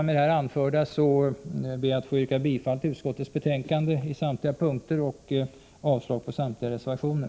Med det anförda, herr talman, ber jag att få yrka bifall till utskottets hemställan i samtliga punkter och avslag på samtliga reservationer.